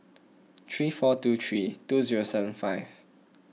three four two three two zero seven five